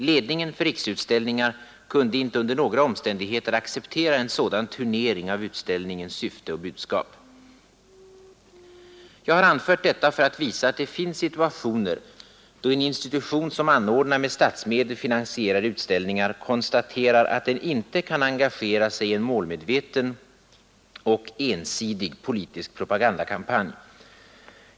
Ledningen för Riksutställningar kunde inte under några omständigheter acceptera en sådan turnering av utställningens syfte och budskap. Jag har anfört detta för att visa att det finns situationer då en institution, som anordnar med statsmedel finansierade utställningar, konstaterar att den inte kan engagera sig i en målmedveten och ensidig politisk propagandakampanj.